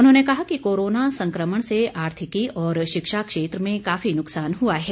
उन्होंने कहा कि कोरोना संक्रमण से आर्थिकी और शिक्षा क्षेत्र में काफी नुकसान हुआ है